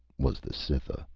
was the cytha.